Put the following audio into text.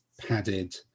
padded